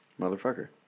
motherfucker